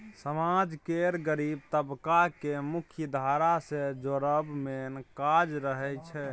समाज केर गरीब तबका केँ मुख्यधारा सँ जोड़ब मेन काज रहय छै